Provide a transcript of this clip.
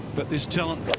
but this talent